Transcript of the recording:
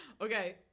Okay